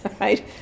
Right